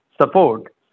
support